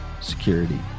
security